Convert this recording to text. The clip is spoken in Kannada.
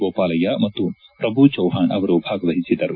ಗೋಪಾಲಯ್ನ ಮತ್ತು ಪ್ರಭು ಚೌಹಾಣ್ ಅವರು ಭಾಗವಹಿಸಿದ್ದರು